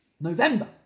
November